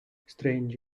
strange